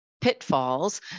pitfalls